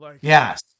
Yes